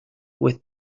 with